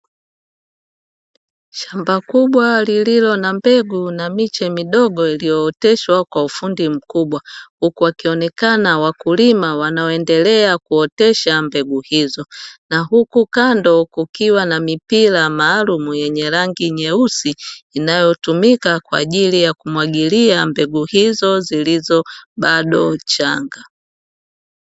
Shamba kubwa lililo na mbegu na miche midogo iliyo oteshwa kwa ufundi mkubwa, huku wakionekana wakulima wanao endelea kuotesha mbegu hizo na huku kando kukiwa na mipira maalumu yenye rangi nyeusi inayotumika kwajili ya kumwagilia mbegu hizo zilizo bado changa.